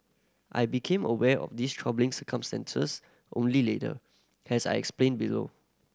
I became aware of these troubling circumstances only later has I explain below